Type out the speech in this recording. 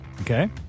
Okay